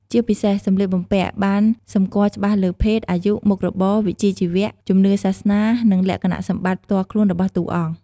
ជាពិសេសសម្លៀកបំំពាក់បានសម្គាល់ច្បាស់លើ ភេទ អាយុ មុខរបរ វិជ្ជាជីវៈ ជំនឿសាសនា និងលក្ខណៈសម្បត្តិផ្ទាល់ខ្លួនរបស់តួអង្គ ។